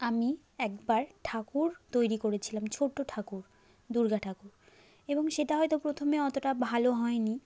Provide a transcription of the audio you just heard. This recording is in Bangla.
আমি একবার ঠাকুর তৈরি করেছিলাম ছোট্ট ঠাকুর দূর্গা ঠাকুর এবং সেটা হয়তো প্রথমে অতটা ভালো হয় নি